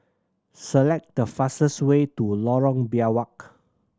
select the fastest way to Lorong Biawak